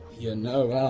you know,